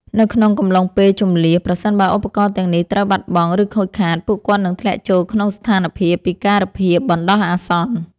នៅក្នុងកំឡុងពេលជម្លៀស ប្រសិនបើឧបករណ៍ទាំងនេះត្រូវបាត់បង់ ឬខូចខាត ពួកគាត់នឹងធ្លាក់ចូលក្នុងស្ថានភាព ពិការភាពបណ្ដោះអាសន្ន។